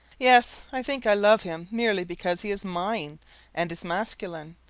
yes, i think i love him merely because he is mine and is masculine.